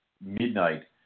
midnight